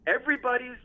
Everybody's